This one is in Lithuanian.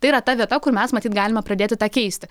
tai yra ta vieta kur mes matyt galime pradėti tą keisti